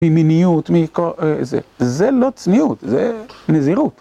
ממיניות, זה לא צניעות, זה נזירות.